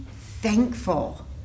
thankful